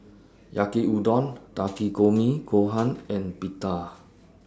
Yaki Udon Takikomi Gohan and Pita